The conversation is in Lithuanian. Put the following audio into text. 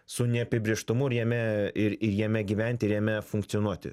su neapibrėžtumu ir jame ir ir jame gyventi ir jame funkcionuoti